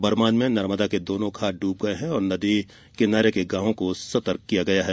बरमान में नर्मदा के दोनों घाट डूब गये हैं और नदी किनारे के गॉवों को सतर्क किया गया है